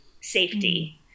safety